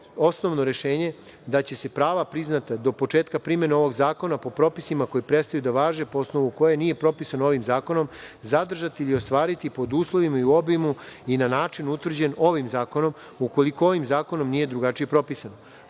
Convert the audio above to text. osnovno rešenje da će se prava priznata do početka primene ovog zakona po propisima koji prestaju da važe po osnovu koje nije propisano ovim zakonom zadržati ili ostvariti pod uslovima i u obimu i na način utvrđen ovim zakonom ukoliko ovim zakonom nije drugačije propisano. Propisano